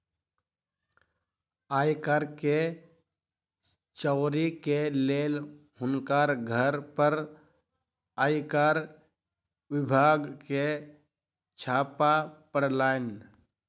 आय कर के चोरी के लेल हुनकर घर पर आयकर विभाग के छापा पड़लैन